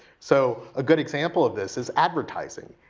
so, a good example of this is advertising.